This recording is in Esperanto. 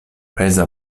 peza